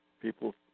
people